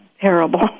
terrible